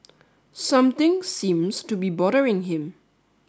something seems to be bothering him